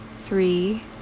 three